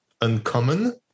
uncommon